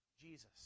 Jesus